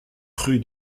rue